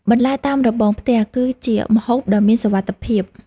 បន្លែតាមរបងផ្ទះ គឺជាម្ហូបដ៏មានសុវត្ថិភាព។